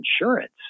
insurance